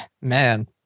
man